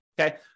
okay